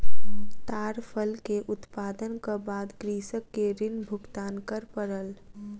ताड़ फल के उत्पादनक बाद कृषक के ऋण भुगतान कर पड़ल